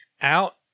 out